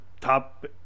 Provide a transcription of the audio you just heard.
top